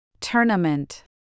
Tournament